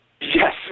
Yes